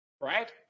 Right